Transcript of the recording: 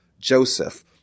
Joseph